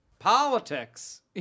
politics